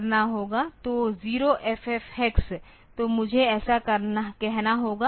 तो 0FF hex तो मुझे ऐसा कहना होगा